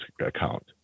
account